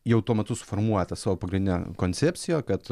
jau tuo metu suformuoja tą savo pagrindinę koncepciją kad